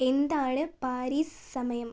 എന്താണ് പാരീസ് സമയം